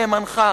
נאמנך?